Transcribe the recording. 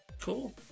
Cool